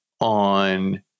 on